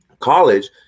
college